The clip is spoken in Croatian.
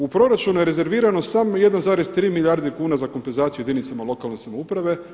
U proračunu je rezervirano samo 1,3 milijarde kuna za kompenzaciju jedinicama lokalne samouprave.